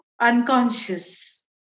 unconscious